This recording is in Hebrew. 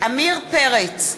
עמיר פרץ,